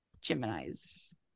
Gemini's